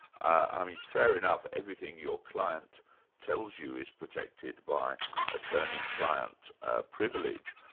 i mean fair enough, everything your client tells you is protected by attorney-client ah privilege,